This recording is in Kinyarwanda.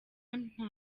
nta